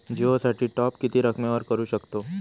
जिओ साठी टॉप किती रकमेपर्यंत करू शकतव?